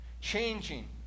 Changing